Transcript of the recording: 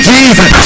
Jesus